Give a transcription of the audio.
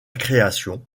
création